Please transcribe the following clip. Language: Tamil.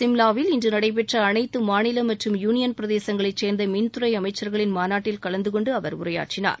சிம்வாவில் இன்று நடைபெற்ற அனைத்து மாநில மற்றும் யூனியன் பிரதேசங்களை சேர்ந்த மின்துறை அமைச்சர்களின் மாநாட்டில் கலந்து கொண்டு அவர் உரையாற்றினார்